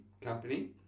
company